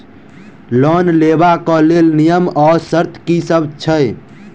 Loan लेबऽ कऽ लेल नियम आ शर्त की सब छई?